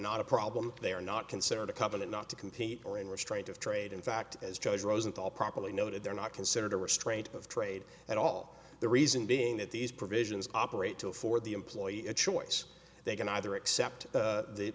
not a problem they are not considered a covenant not to compete or in restraint of trade in fact as judge rosenthal properly noted they're not considered a restraint of trade at all the reason being that these provisions operate to afford the employee a choice they can either accept